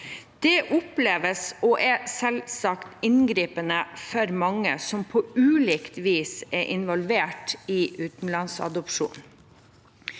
Det oppleves, og er, selvsagt inngripende for mange som på ulikt vis er involvert i utenlandsadopsjon.